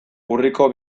urriko